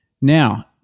Now